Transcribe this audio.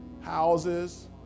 houses